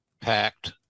packed